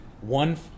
one